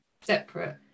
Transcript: separate